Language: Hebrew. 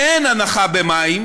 אין הנחה במים